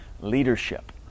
leadership